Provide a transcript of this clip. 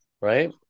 right